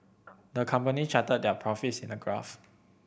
the company charted their profits in a graph